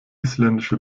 isländische